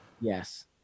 Yes